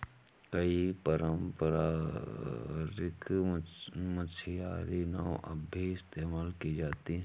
कई पारम्परिक मछियारी नाव अब भी इस्तेमाल की जाती है